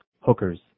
hookers